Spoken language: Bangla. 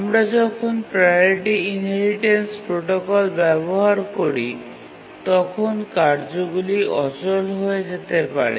আমরা যখন প্রাওরিটি ইনহেরিটেন্স প্রোটোকল ব্যবহার করি তখন কার্যগুলি অচল হয়ে যেতে পারে